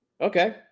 Okay